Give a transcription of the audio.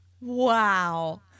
Wow